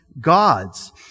gods